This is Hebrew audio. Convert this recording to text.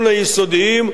גם זה ייקח זמן.